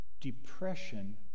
Depression